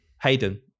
Hayden